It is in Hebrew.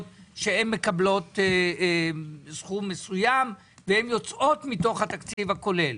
שמקבלות סכום מסוים והן יוצאות מתוך התקציב הכולל.